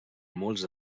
molts